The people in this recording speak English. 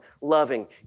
loving